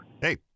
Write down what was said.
Hey